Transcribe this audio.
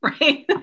right